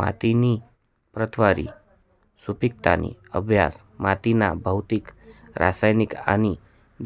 मातीनी प्रतवारी, सुपिकताना अभ्यास मातीना भौतिक, रासायनिक आणि